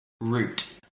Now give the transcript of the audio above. Root